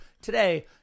today